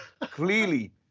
clearly